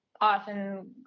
Often